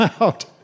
out